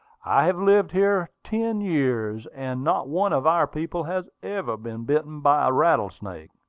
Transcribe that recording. i have lived here ten years, and not one of our people has ever been bitten by a rattlesnake.